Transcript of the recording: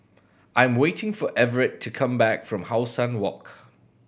I am waiting for Everett to come back from How Sun Walk